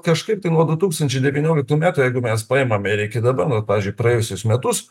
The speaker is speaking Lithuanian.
kažkaip tai nuo du tūkstančiai devynioliktų metų jeigu mes paimame ir iki dabar nu pavyzdžiui praėjusius metus